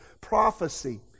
prophecy